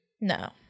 no